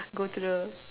go to the